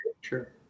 Sure